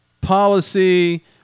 policy